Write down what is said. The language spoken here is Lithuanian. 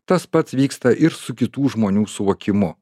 tas pats vyksta ir su kitų žmonių suvokimu